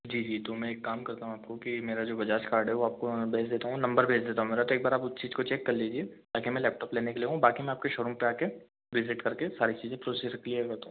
जी जी तो मैं एक काम करता हूँ आपको कि मेरा जो बजाज कार्ड है वो आपको मैं भेज देता हूँ नंबर भेज देता हूँ मेरा तो एक बार आप उस चीज़ को चेक कर लीजिए ताकि मैं लेपटॉप लेने के लिए आऊँ बाकी मैं आपके शोरूम पे आके विज़िट करके सारी चीजे़ं प्रोसेस क्लियर करता हूँ